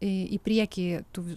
į į priekį tų